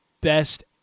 best